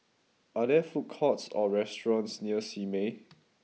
are there food courts or restaurants near Simei